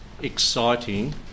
exciting